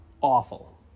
awful